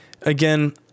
again